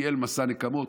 ניהל מסע נקמות.